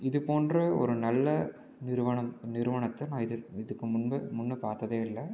இது போன்ற ஒரு நல்ல நிறுவனம் நிறுவனத்தை நான் இது இதுக்கு முன்பு முன்னே பார்த்ததே இல்லை